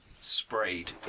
sprayed